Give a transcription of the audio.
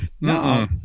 No